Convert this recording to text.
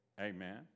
Amen